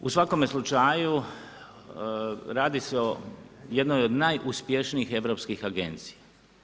U svakome slučaju, radi se o jednoj od najuspješnijih europskih agencija.